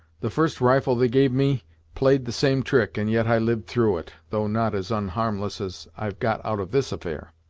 the first rifle they gave me play'd the same trick, and yet i liv'd through it, though not as onharmless as i've got out of this affair.